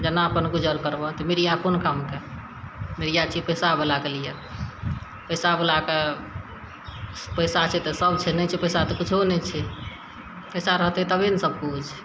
जेना अपन गुजर करब तऽ मीडिया कोन काम कऽ मीडिया छियै पैसावला के लिये पैसावला के पैसा छै तऽ सभ छै नहि छै पैसा तऽ कुछो नहि छै पैसा रहतय तभे ने सभकिछु